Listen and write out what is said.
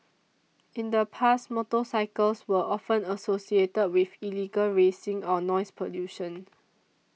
in the past motorcycles were often associated with illegal racing or noise pollution